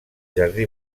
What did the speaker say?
jardí